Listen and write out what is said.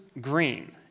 green